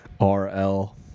RL